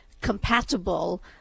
compatible